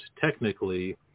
technically